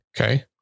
Okay